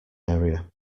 area